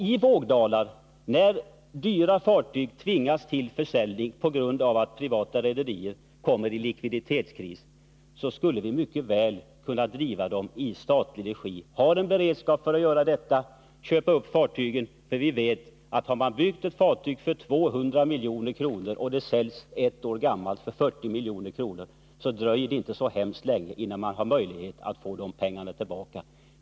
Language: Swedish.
I vågdalar, när dyra fartyg tvingas till försäljning på grund av att privata rederier kommer i likviditetskris, skulle vi mycket väl kunna driva rederiverksamheten i statlig regi. Vi skulle kunna ha en beredskap för att göra detta och för att köpa upp fartygen. Vi vet ju att om man byggt ett fartyg för 200 milj.kr. och det säljs ett år gammalt för 40 milj.kr. dröjer det inte så värst länge, förrän det finns möjlighet att få pengarna tillbaka.